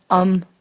um,